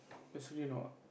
actually no ah